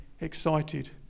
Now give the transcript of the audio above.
excited